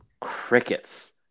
crickets